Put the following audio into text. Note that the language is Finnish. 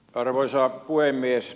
arvoisa puhemies